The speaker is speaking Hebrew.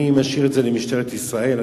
אני משאיר את זה למשטרת ישראל,